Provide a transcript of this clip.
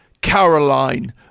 Caroline